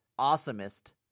awesomest